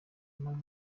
maze